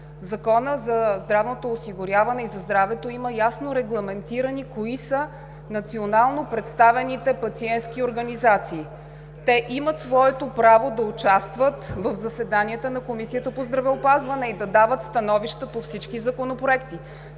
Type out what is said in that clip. Закона за здравното осигуряване и за здравето са ясно регламентирани национално представените пациентски организации. Те имат своето право да участват в заседанията на Комисията по здравеопазване и да дават становища по всички законопроекти.